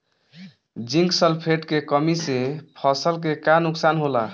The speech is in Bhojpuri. जिंक सल्फेट के कमी से फसल के का नुकसान होला?